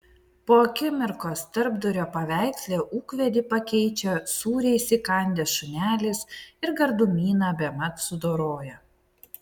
po akimirkos tarpdurio paveiksle ūkvedį pakeičia sūrį įsikandęs šunelis ir gardumyną bemat sudoroja